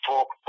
Talk